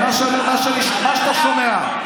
מה שאתה שומע.